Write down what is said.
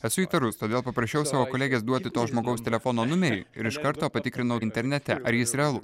esu įtarus todėl paprašiau savo kolegės duoti to žmogaus telefono numerį ir iš karto patikrinau internete ar jis realus